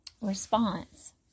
Response